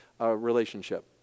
relationship